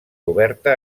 oberta